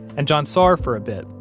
and john saw her for a bit,